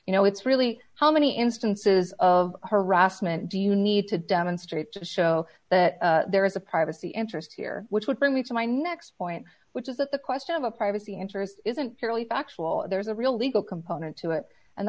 you know it's really how many instances of harassment do you need to demonstrate just so that there is a privacy interests here which would bring me to my next point which is that the question of a privacy interest isn't purely factual there's a real legal component to it and